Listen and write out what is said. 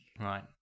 Right